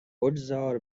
بگذار